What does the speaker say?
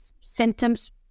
symptoms